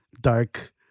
dark